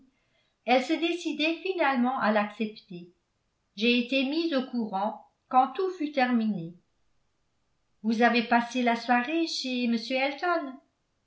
elle se décidait finalement à l'accepter j'ai été mise au courant quand tout fut terminé vous avez passé la soirée chez m elton